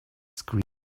screen